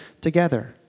together